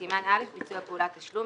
בסימן א': ביצוע פעולת תשלום,